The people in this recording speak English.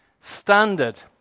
standard